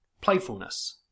playfulness